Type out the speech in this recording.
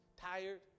tired